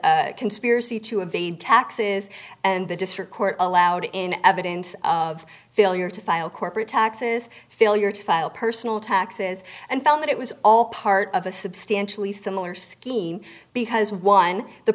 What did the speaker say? a conspiracy to evade taxes and the district court allowed in evidence of failure to file corporate taxes failure to file personal taxes and found that it was all part of a substantially similar scheme because one the